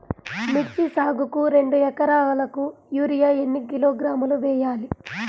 మిర్చి సాగుకు రెండు ఏకరాలకు యూరియా ఏన్ని కిలోగ్రాములు వేయాలి?